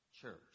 church